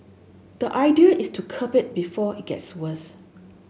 the idea is to curb it before it gets worse